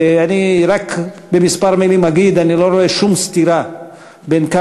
אני רק בכמה מילים אגיד: אני לא רואה שום סתירה בין זה